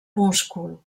múscul